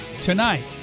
Tonight